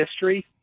history